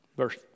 Verse